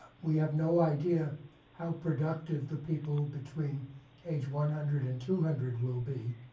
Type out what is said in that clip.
we have no idea how productive the people between age one hundred and two hundred will be,